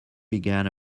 began